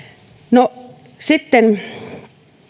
sitten